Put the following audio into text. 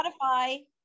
Spotify